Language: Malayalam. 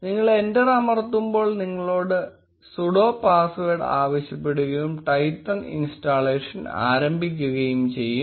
നിങ്ങൾ എന്റർ അമർത്തുമ്പോൾ നിങ്ങളോട് sudo പാസ്വേഡ് ആവശ്യപ്പെടുകയും Twython ഇൻസ്റ്റാളേഷൻ ആരംഭി ക്കുകയും ചെയ്യും